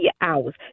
hours